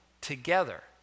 together